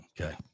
Okay